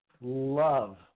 love